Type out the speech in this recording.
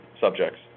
subjects